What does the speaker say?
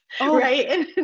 right